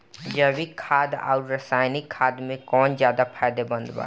जैविक खाद आउर रसायनिक खाद मे कौन ज्यादा फायदेमंद बा?